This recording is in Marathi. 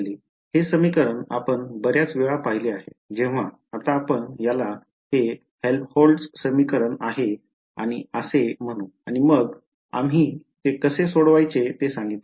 हे समीकरण आपण बर्याच वेळा पाहिले आहे जेव्हा आता आपण याला हे हेल्होल्ट्ज समीकरण आहे आणि असे म्हणू मग आम्ही ते कसे सोडवायचे ते सांगितले